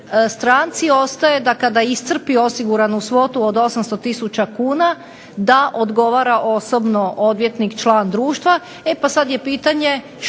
stranci ostaje da kada iscrpi osiguranu svotu od 800 tisuća kuna da odgovara osobno odvjetnik član društva.